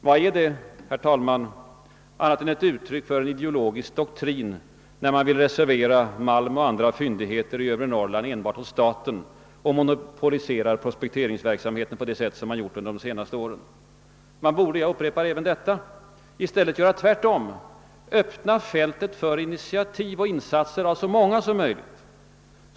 Vad är det, herr talman, annat än ett uttryck för en ideologisk doktrin när man vill reservera malmoch andra fyndigheter i övre Norrland åt enbart staten och monopolisera prospekte ringsverksamheten på det sätt man gjort under de senaste åren? Man borde, jag upprepar även detta, i stället göra tvärtom: öppna fältet för initiativ och insatser av så många som möjligt.